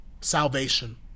salvation